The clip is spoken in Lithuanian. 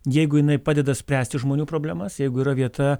jeigu jinai padeda spręsti žmonių problemas jeigu yra vieta